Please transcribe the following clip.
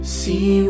see